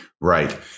Right